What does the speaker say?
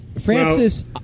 Francis